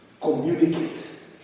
communicate